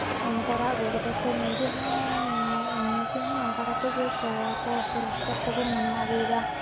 ᱠᱚᱨᱟᱣ ᱟᱜᱩ ᱠᱟᱫᱟ ᱥᱮ ᱱᱤᱡᱮ ᱦᱚᱸ ᱱᱤᱡᱮ ᱦᱚ ᱱᱚᱝᱠᱟ ᱠᱟᱛᱮ ᱜᱮ ᱥᱮᱨᱣᱟ ᱠᱚ ᱥᱮ ᱞᱟᱠᱪᱟᱨ ᱠᱚᱵᱚᱱ ᱢᱟᱱᱟᱣ ᱟᱜᱩᱭᱫᱟ